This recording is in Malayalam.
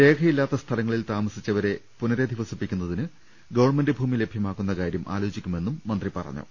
രേഖയില്ലാത്ത സ്ഥലങ്ങളിൽ താമസിച്ചവരെ പുനരധിവസിപ്പിക്കുന്നതിന് ഗവൺമെന്റ് ഭൂമി ലഭ്യമാക്കുന്ന കാര്യം ആലോചിക്കുമെന്നും മന്ത്രി പറഞ്ഞു